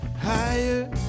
higher